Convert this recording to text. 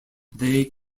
they